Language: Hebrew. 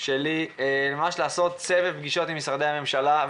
שלי לעשות סבב פגישות עם משרדי הממשלה.